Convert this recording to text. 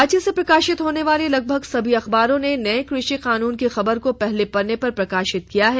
राज्य से प्रकाशित होने वाले लगभग सभी अखबारों ने नये कृषि कानून की खबर को पहले पत्रे पर प्रकाशित किया है